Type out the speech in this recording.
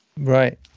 Right